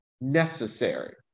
necessary